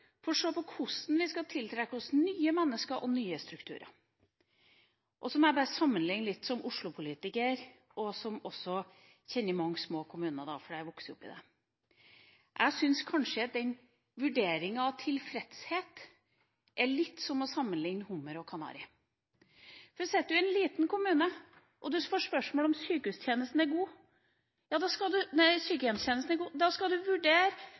for å se på hvordan vi skal tiltrekke oss nye mennesker og nye strukturer. Så må jeg som Oslo-politiker og som en som også kjenner mange små kommuner, fordi jeg har vokst opp i en, bare sammenligne litt. Jeg syns kanskje at vurderinga når det gjelder tilfredshet, er litt som å sammenligne hummer og kanari. Sitter man i en liten kommune og får spørsmål om sykehjemstjenesten er god, skal man vurdere om hvorvidt man syns at nabokjerringa gjør en god